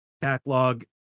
backlog